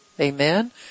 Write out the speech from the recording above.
Amen